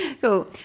Cool